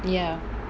ya